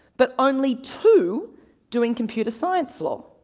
but only two doing computer science law.